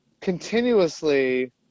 continuously